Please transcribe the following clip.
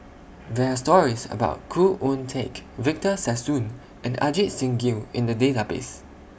There Are stories about Khoo Oon Teik Victor Sassoon and Ajit Singh Gill in The Database